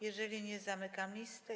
Jeżeli nie, zamykam listę.